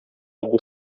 obu